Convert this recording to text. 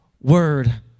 word